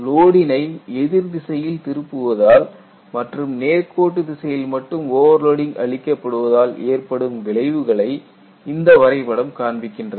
லோடினை எதிர் திசையில் திருப்புவதால் மற்றும் நேர் திசையில் மட்டும் ஓவர்லோடிங் அளிக்கப்படுவதால் ஏற்படும் விளைவுகளை இந்த வரைபடம் காண்பிக்கின்றது